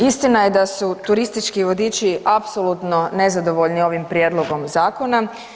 Istina je da su turistički vodiči apsolutno nezadovoljni ovim prijedlogom zakona.